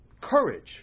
Courage